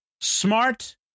smart